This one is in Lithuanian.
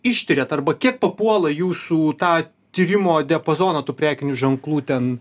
ištiriat arba kiek papuola jūsų tą tyrimo diapazoną tų prekinių ženklų ten